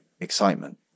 excitement